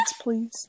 please